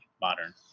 Modern